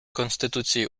конституції